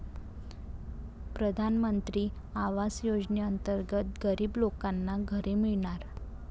प्रधानमंत्री आवास योजनेअंतर्गत गरीब लोकांना घरे मिळणार